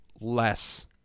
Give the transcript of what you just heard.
less